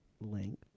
length